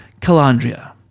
Calandria